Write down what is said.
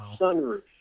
sunroof